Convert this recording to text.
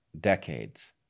decades